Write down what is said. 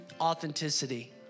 authenticity